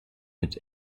mit